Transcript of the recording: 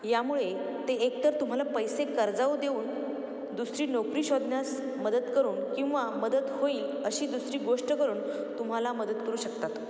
यामुळे ते एकतर तुम्हाला पैसे कर्जाऊ देऊन दुसरी नोकरी शोधण्यास मदत करून किंवा मदत होईल अशी दुसरी गोष्ट करून तुम्हाला मदत करू शकतात